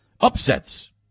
upsets